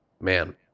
Man